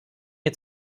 mir